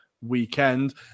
weekend